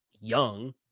young